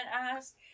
asked